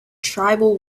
tribal